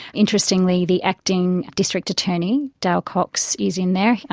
interestingly the acting district attorney, dale cox, is in there.